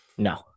No